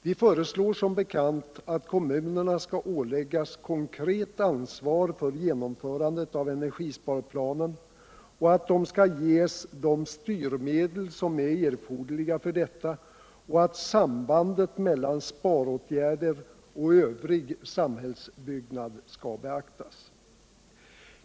Vi föreslår som bekant att kommunerna skall åläggas konkret ansvar för genomförandet av energispar 53 planen, att de skall ges de styrmedel som är erforderliga för detta och att sambandet mellan sparåtgärder och övrig samhillsbyggnad skall beaktas.